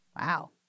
Wow